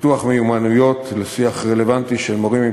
פיתוח מיומנויות לשיח רלוונטי של מורים עם